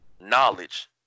knowledge